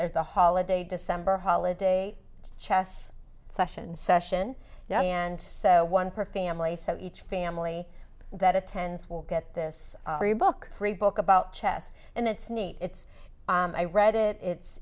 the holiday december holiday chests session session and one per family so each family that attends will get this book free book about chess and it's neat it's i read it it's